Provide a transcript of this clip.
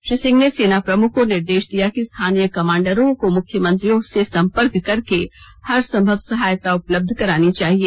श्री सिंह ने सेना प्रमुख को निर्देश दिया कि स्थानीय कमांडरों को मुख्यथमंत्रियों से संपर्क करके हर संभव सहायता उपलब्धक करानी चाहिए